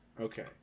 okay